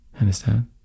understand